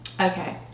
Okay